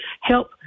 help